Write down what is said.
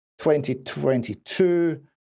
2022